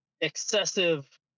excessive